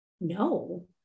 No